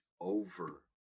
over